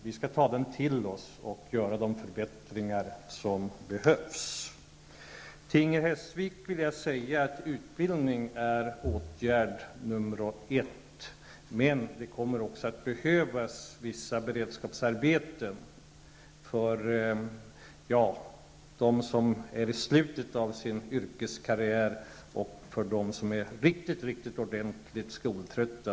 Vi skall ta denna forskning till oss och göra de förbättringar som behövs. Utbildning, Inger Hestvik, är åtgärd nummer ett, men det kommer också att behövas vissa beredskapsarbeten för dem som befinner sig i slutet av sin yrkeskarriär och för dem som är riktigt ordentligt skoltrötta.